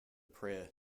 prayer